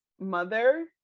mother